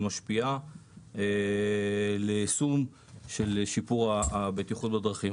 משפיעה ליישום של שיפור הבטיחות בדרכים.